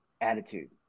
attitude